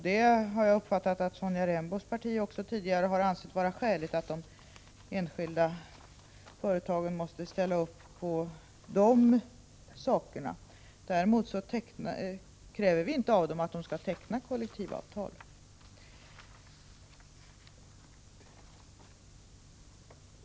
Jag har uppfattat det som att även Sonja Rembos parti tidigare har ansett det vara skäligt att de enskilda företagen måste ställa upp på dessa krav. Däremot kräver vi inte av dem att de skall teckna kollektivavtal.